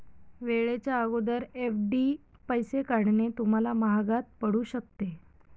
वेळेच्या अगोदर एफ.डी पैसे काढणे तुम्हाला महागात पडू शकते